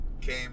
came